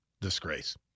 Disgrace